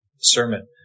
sermon